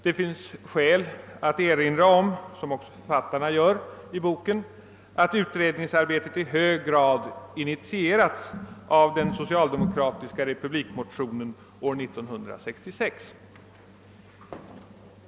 Det finns skäl att erinra om — som också författarna gör i boken — att utredningsarbetet i hög grad initierats av den socialdemokratiska republikmotionen år 1966.